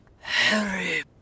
Harry